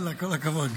יאללה, כל הכבוד.